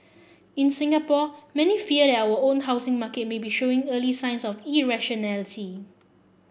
in Singapore many fear that our own housing market may be showing early signs of irrationality